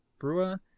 Brewer